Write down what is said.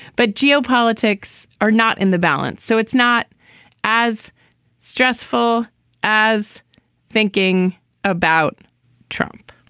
but geopolitics are not in the balance so it's not as stressful as thinking about trump.